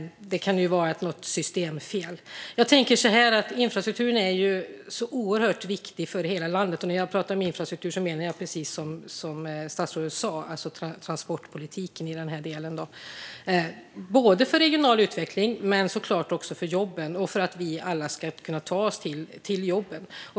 Det kan vara något systemfel. Infrastrukturen är ju oerhört viktig för hela landet - och när jag pratar om infrastruktur menar jag precis som statsrådet sa transportpolitiken - både för regional utveckling och såklart också för jobben och för att vi alla ska kunna ta oss till jobben.